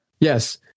Yes